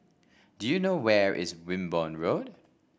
do you know where is Wimborne Road